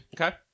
Okay